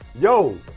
yo